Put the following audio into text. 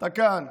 אתה כאן,